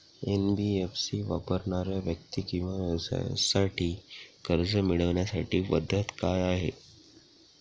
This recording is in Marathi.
एन.बी.एफ.सी वापरणाऱ्या व्यक्ती किंवा व्यवसायांसाठी कर्ज मिळविण्याची पद्धत काय आहे?